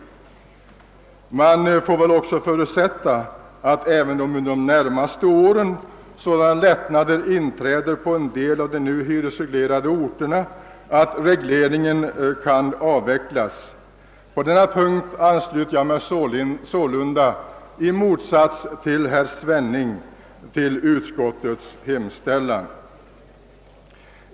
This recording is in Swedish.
Det får väl också förutsättas att under de närmaste åren sådana lättnader inträder på en del av de nu hyresreglerade orterna att regleringen kan avvecklas. På den punkten ansluter jag mig sålunda i motsats till herr Svenning till utskottets hemställan.